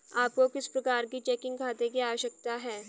आपको किस प्रकार के चेकिंग खाते की आवश्यकता है?